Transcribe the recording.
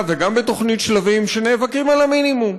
וגם בתוכנית שלבים שנאבקים על המינימום.